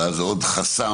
שזה עוד חסם